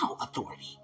authority